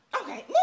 Okay